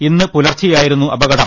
ഇന്ന് പുലർച്ചെയായിരുന്നു അപകടം